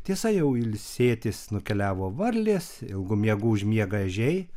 tiesa jau ilsėtis nukeliavo varlės ilgu miegu užmiega ežiai